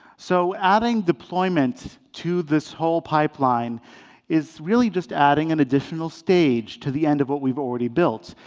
so adding deployment to this whole pipeline is really just adding an additional stage to the end of what we've already built,